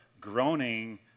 groaning